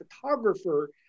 photographer